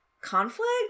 conflict